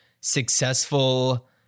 successful